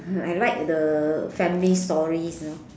I like the family stories you know